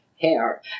hair